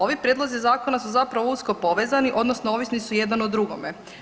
Ovi prijedlozi zakona su zapravo usko povezani odnosno ovisni su jedan o drugome.